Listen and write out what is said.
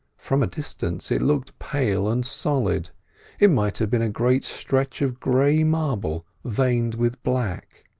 from a distance it looked pale and solid it might have been a great stretch of grey marble veined with black.